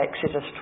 Exodus